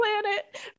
planet